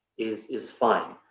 is is fine.